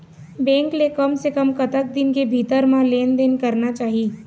Bank ले कम से कम कतक दिन के भीतर मा लेन देन करना चाही?